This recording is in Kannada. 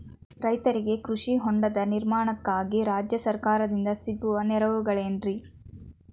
ರೈತರಿಗೆ ಕೃಷಿ ಹೊಂಡದ ನಿರ್ಮಾಣಕ್ಕಾಗಿ ರಾಜ್ಯ ಸರ್ಕಾರದಿಂದ ಸಿಗುವ ನೆರವುಗಳೇನ್ರಿ?